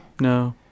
No